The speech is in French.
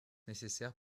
nécessaire